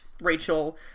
Rachel